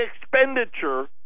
expenditure